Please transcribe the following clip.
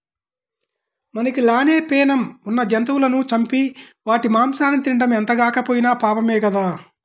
మనకి లానే పేణం ఉన్న జంతువులను చంపి వాటి మాంసాన్ని తినడం ఎంతగాకపోయినా పాపమే గదా